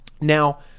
Now